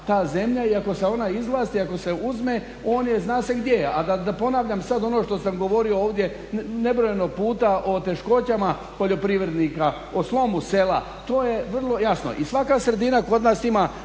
ta zemlja i ako se ona izvlasti, ako se uzme on je zna se gdje je. A da ponavljam sad ono što sam govorio ovdje nebrojeno puta o teškoćama poljoprivrednika, o slomu sela to je vrlo jasno. I svaka sredina kod nas ima